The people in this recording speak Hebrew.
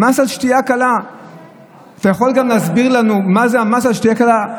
אתה יכול להסביר לנו מה זה המס על שתייה קלה?